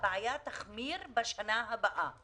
הוא אמר שהבעיה תחמיר בשנה הבאה.